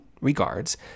regards